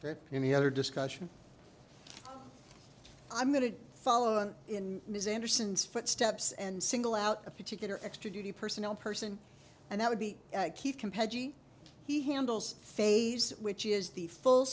for any other discussion i'm going to follow in his anderson's footsteps and single out a particular extra duty personnel person and that would be key compared to he handles phase which is the full